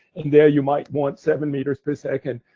and there you might want seven meters per second.